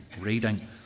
reading